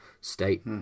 State